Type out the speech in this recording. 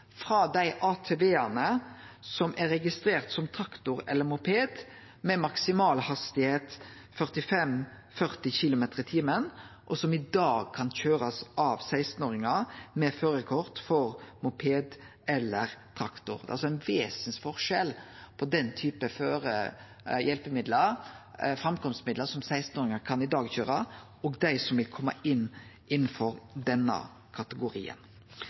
frå dei ATV-ane som er registrerte som traktor eller moped, med maksimalhastigheit 40 km/t, og som i dag kan køyrast av 16-åringar med førarkort for moped eller traktor. Det er altså ein vesensforskjell på den typen framkomstmiddel som 16-åringar i dag kan køyre, og dei som vil kome innanfor denne